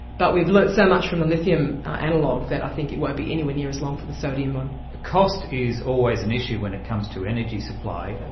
but we've learned so much from the lithium analogue that i think it won't be anywhere near as long for the sodium one. cost is always an issue when it comes to energy supply. and